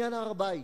עניין הר-הבית,